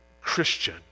Christian